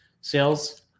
sales